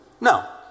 No